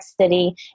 City